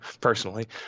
personally